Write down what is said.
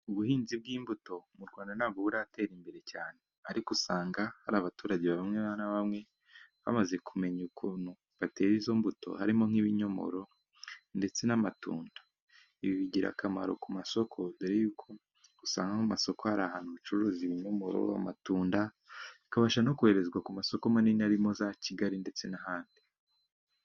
Ubuhinzi bw'imbuto mu Rwanda ntiburatera imbere cyane, ariko usanga hari abaturage bamwe na bamwe bamaze kumenya ukuntu batera izo mbuto harimo nk'ibinyomoro ndetse n'amatunda. ibi bigira akamaro ku masoko dore yuko usanga mu masoko hari ahantu hacuruza ibinyomoro, amatunda bikabasha no koherezwa ku masoko manini arimo za kigali ndetse n'ahandi.